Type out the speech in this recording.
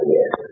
Yes